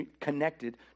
connected